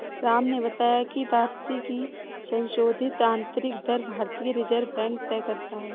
राम ने बताया की वापसी की संशोधित आंतरिक दर भारतीय रिजर्व बैंक तय करता है